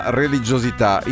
religiosità